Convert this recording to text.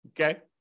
Okay